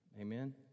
Amen